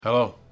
Hello